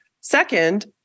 Second